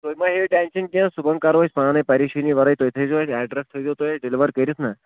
تۄہہِ مَہ ہیٚیِو ٹٮ۪نشن کیٚنٛہہ صُبحن کَرو أسۍ پانے پریشٲنی وَرٲے تُہۍ تھٲزیٚو اَسہِ ایٚڈرس تھٲزیو تُہۍ اَسہِ ڈیٚلِِور کٔرِتھ نَہ